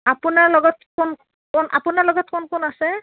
আপোনাৰ লগত কোন কোন আপোনাৰ লগত কোন কোন আছে